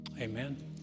amen